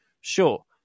Sure